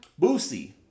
Boosie